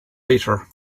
later